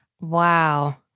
Wow